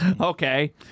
Okay